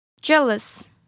Jealous